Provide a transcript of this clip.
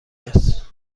است